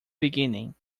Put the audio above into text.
beginning